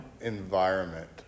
environment